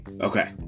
Okay